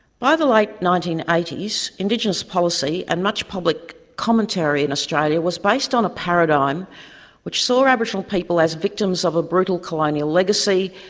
by the late like nineteen eighty s, indigenous policy and much public commentary in australia was based on a paradigm which saw aboriginal people as victims of a brutal colonial legacy,